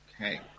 Okay